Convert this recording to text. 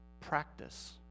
practice